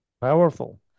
powerful